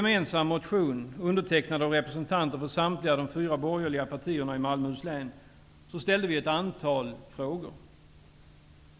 Malmöhus län, ställde vi ett antal frågor.